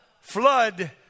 Flood